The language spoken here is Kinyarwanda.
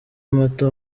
mata